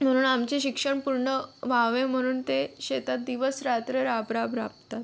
म्हणून आमचे शिक्षण पूर्ण व्हावे म्हणून ते शेतात दिवसरात्र राबराब राबतात